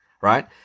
right